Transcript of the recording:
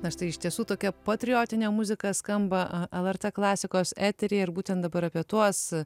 na štai iš tiesų tokia patriotinė muzika skamba lrt klasikos eteryje ir būtent dabar apie tuos